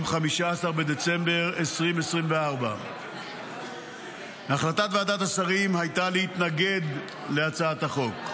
15 בדצמבר 2024. החלטת ועדת השרים הייתה להתנגד להצעת החוק.